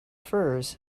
furs